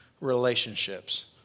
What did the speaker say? relationships